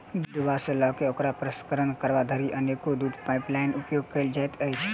दूध दूहबा सॅ ल क ओकर प्रसंस्करण करबा धरि अनेको दूधक पाइपलाइनक उपयोग कयल जाइत छै